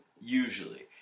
Usually